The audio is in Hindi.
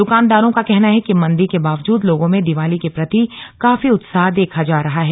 दुकानदारों का कहना है कि मंदी के बावजूद लोगों में दीवाली के प्रति काफी उत्साह देखा जा रहा है